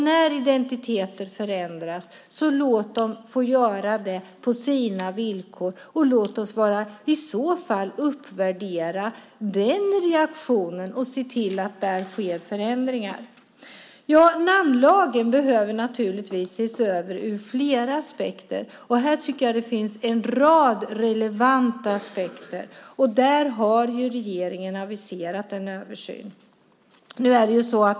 När identiteter förändras, låt dem få göra det på människors villkor. Låt oss i så fall uppvärdera reaktionen och se till att där sker förändringar. Namnlagen behöver naturligtvis ses över ur flera aspekter. Här finns en rad relevanta aspekter. Där har regeringen aviserat en översyn.